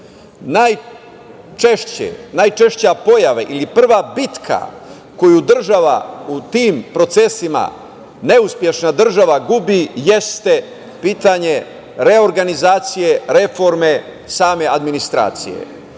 najčešća pojava ili prva bitka koju država u tim procesima, neuspešna država, gubi jeste pitanje reorganizacije reforme same administracije. Ono